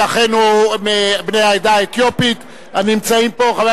את אחינו בני העדה האתיופית הנמצאים כאן